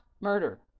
murder